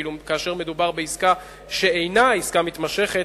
ואילו כאשר מדובר בעסקה שאינה עסקה מתמשכת,